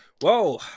Whoa